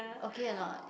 okay or not